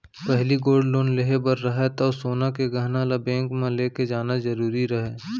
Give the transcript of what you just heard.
पहिली gold loan लेहे बर रहय तौ सोन के गहना ल बेंक म लेके जाना जरूरी रहय